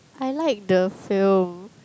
I like the film